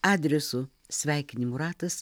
adresu sveikinimų ratas